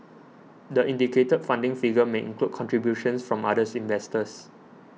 the indicated funding figure may include contributions from other investors